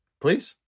Please